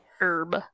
Herb